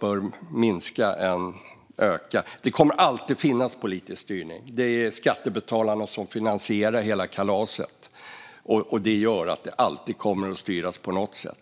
bör minska snarare än öka. Men det kommer alltid att finnas en politisk styrning. Det är skattebetalarna som finansierar hela kalaset, och det gör att det alltid kommer att styras på något sätt.